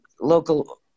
local